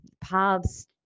paths